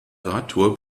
radtour